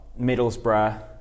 Middlesbrough